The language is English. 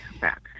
back